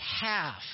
half